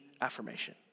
affirmation